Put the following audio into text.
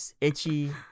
itchy